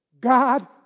God